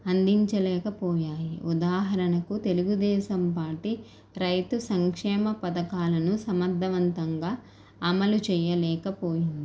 అందించలేక పోయాయి ఉదాహరణకు తెలుగుదేశం పార్టీ రైతు సంక్షేమ పధకాలను సమర్ధవంతంగా అమలుచేయలేక పోయింది